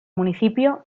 municipio